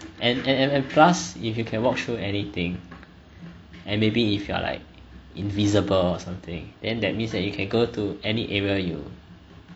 and and and and plus if you can walk through anything and maybe if you are like invisible or something then that means that you can go to any area you